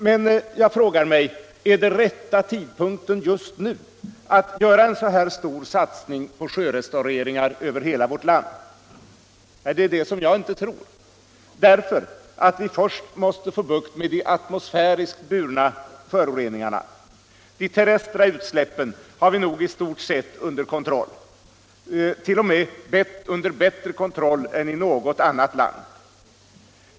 Men jag frågar mig: Är det rätta tidpunkten just nu att göra en så här stor satsning på sjörestaurering över hela vårt land? Det är det som jag inte tror, därför att vi först måste få bukt med de atmosfäriskt burna föroreningarna — de terrestra utsläppen har vi nog i stort sett under kontroll, t.o.m. under bättre kontroll än i något annat land.